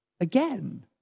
again